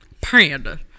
Panda